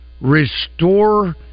restore